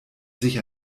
sich